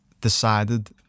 decided